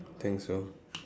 I think so